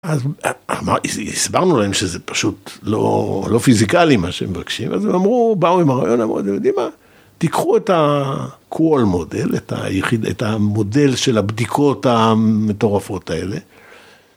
אז הסברנו להם שזה פשוט לא פיזיקלי מה שהם מבקשים, אז הם אמרו, באו עם הרעיון, אמרו אתם יודעים מה, תיקחו את ה-call מודל, את המודל של הבדיקות המטורפות האלה.